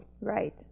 Right